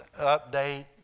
update